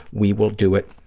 we will do it